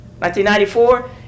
1994